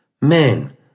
men